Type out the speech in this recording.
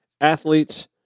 athletes